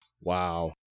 wow